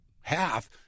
half